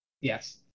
Yes